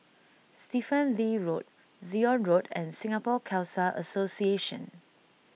Stephen Lee Road Zion Road and Singapore Khalsa Association